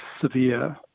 severe